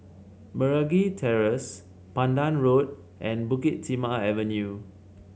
Meragi Terrace Pandan Road and Bukit Timah Avenue